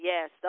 Yes